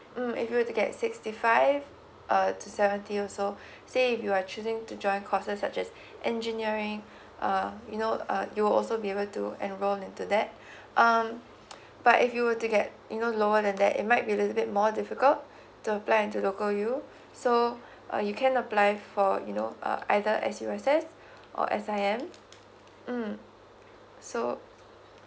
mm if you were to get sixty five uh to seventy also say if you are choosing to join courses such as engineering uh you know uh you will also be able to enroll into that um but if you were to get you know lower than that it might be a little bit more difficult to apply into local U so uh you can apply for you know uh either S_U_S or S_I_M mm so